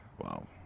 Wow